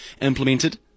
implemented